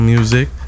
Music